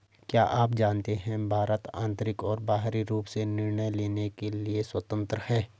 क्या आप जानते है भारत आन्तरिक और बाहरी रूप से निर्णय लेने के लिए स्वतन्त्र है?